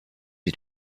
you